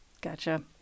Gotcha